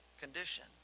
condition